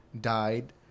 died